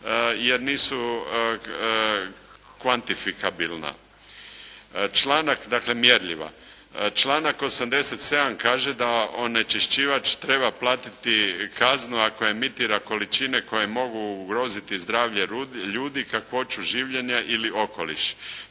jer nisu kvantifikabilna dakle mjerljiva. Članak 87. kaže da: "Onečišćivač treba platiti kaznu ako emitira količine koje mogu ugroziti zdravlje ljudi, kakvoću življenja ili okoliš".